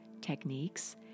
techniques